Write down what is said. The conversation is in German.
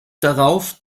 darauf